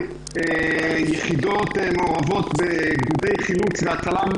יחידות מעורבות בגדודי חילוץ והצלה,